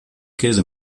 käse